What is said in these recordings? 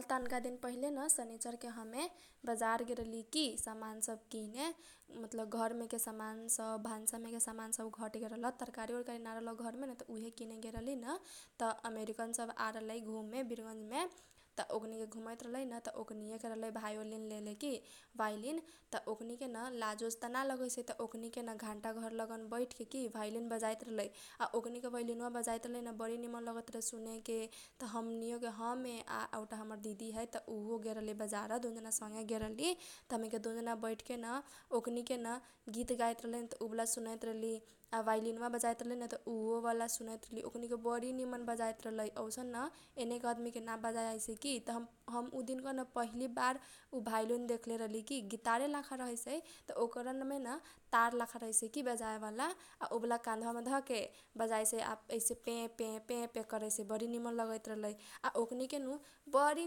तनका दिन पहिले शनिचरके हम बजार गेल रहली समान सब किने मतलब घरमेके समान सब भानसा मेके समानसब घटगेल रहल तरकारी ओकारी ना रहल घरमे त उहे किने गेलरहलीन त अमेरिकन सब आल रहलै घुमे बिरगंजमे त ओकनीके घुमैत रहलै त ओकनीके भोइलीन लेले की त भोइलीन ओकनीके लाज ओज त ना लगैसै त ओकनीके घण्टाघर लगन बैठके की भोइलीन बजाइत रहलै आ ओकनीके भोइलीन बजाइत रहलै न बरी निमन लगैत रहलै सुनेके त हमनीयोके हमे आ हमर एउटा दिदी है त उहो गूलरहलै बजार दुनु जना संगे गेलरली त हमनीके दुनु जना बैठके ओकनीके गीत गाइतरहलै त उहे बाला सुनैत रहली आ भोइलीन बजाइत रहलै आ उहोबाला सुनैत रहली ओकनीके बरी निमन बजाइत रहलै ओइसन न यनेके अदमीकेन बजाए ना आइसै त हम उ दिनक वाना पहिलीबार उ भोइलीन देखले रहली की गितारे लाखा रहैसै त ओकरामे तार लाखा रहैसै की बजाए वाला आ उ वाला काधवामे धके बजाइसै पेपे पेपे करैसै बरी निमन लगैत रलै आ ओकनीके नु बरी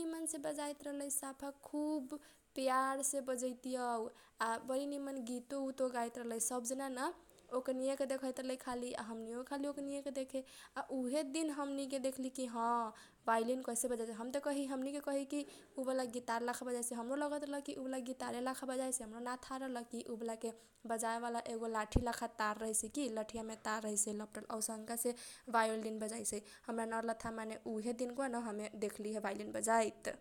निमनसे बजाइत रहलै सफा खुब पयारसे बजैती यौ आ बरी निमन गीतो उतो गाइत रहलै सब जना न‌ ओकनीके रहदै खाली आ हमनीयोके खाली ओकनयेके देखे आ रहे दिन हमनी के देखली की ह भोइलीन कैसन रहैसै हमनी के कहीकी उ वाला गीतार लाखा बजाइसै हमरो लगैतरल गीतारे लाखा बजासै हमरो ना थाह रहल कीउ वाला के बजाए वाला एगो लाठी लाखा तार रहैसै की लठीयामे तार लपटल रहैसै अउसनकासे भोइलीन बजाइसै हमरा न रहल थाह माने उहे दिन कवा न देखलीह भोइलीन बजाइत।